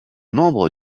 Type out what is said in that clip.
membres